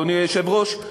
אדוני היושב-ראש,